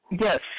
Yes